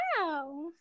wow